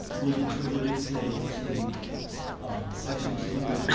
would would relate say to section two